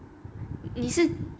你是天